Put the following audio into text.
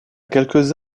quelques